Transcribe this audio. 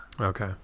Okay